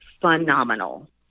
phenomenal